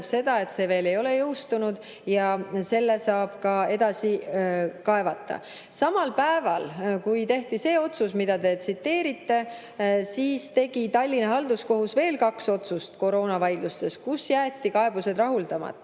tähendab, et see ei ole veel jõustunud ja selle saab edasi kaevata. Samal päeval, kui tehti see otsus, mida te tsiteerite, tegi Tallinna Halduskohus veel kaks otsust koroonavaidlustes, kus jäeti kaebused rahuldamata